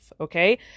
okay